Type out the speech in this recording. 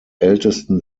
ältesten